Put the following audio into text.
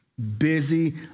busy